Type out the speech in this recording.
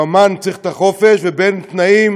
ואמן צריך את החופש, ובין תנאים